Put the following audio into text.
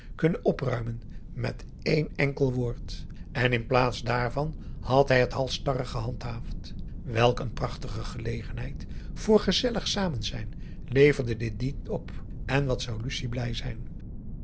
kunnen opruimen met één enkel woord en in plaats dààrvan had hij het halsstarrig gehandhaafd welk een prachtige gelegenheid voor gezellig samenzijn leverde dit niet op en wat zou lucie blij zijn